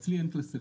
אצלי אין קלסרים.